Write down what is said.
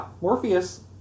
Morpheus